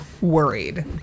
worried